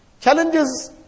Challenges